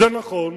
זה נכון.